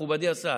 מכובדי השר.